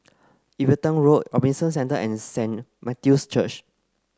Everton Road Robinson Centre and Saint Matthew's Church